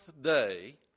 day